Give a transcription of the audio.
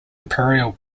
imperial